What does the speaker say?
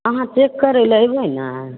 अहाँ चेक करै ले अएबै ने